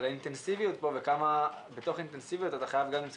על האינטנסיביות וכמה בתוך האינטנסיביות אתה חייב למצוא